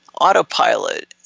autopilot